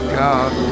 god